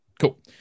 cool